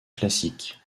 classique